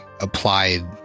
applied